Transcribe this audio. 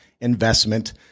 Investment